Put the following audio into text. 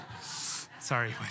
Sorry